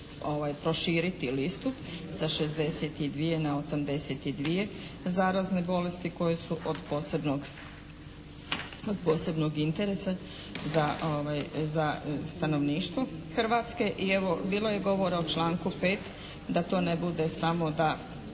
proširiti listu sa 62 na 82 zarazne bolesti koje su od posebnog interesa za stanovništvo Hrvatske. I evo bilo je govora o članku 5. da to ne bude samo da